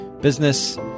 business